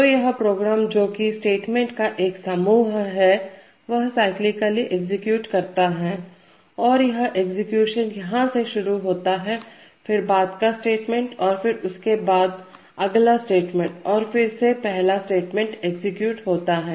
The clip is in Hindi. तो यह प्रोग्राम जो कि स्टेटमेंट्स का एक समूह है वह साइक्लिकली एग्जीक्यूट करता है और यह एग्जीक्यूशन यहां से शुरू होता है फिर बाद का स्टेटमेंट और फिर उसके बाद अगला स्टेटमेंट और फिर से पहला स्टेटमेंट एग्जीक्यूट होता है